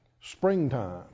springtime